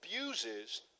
abuses